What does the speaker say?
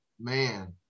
man